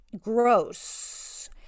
gross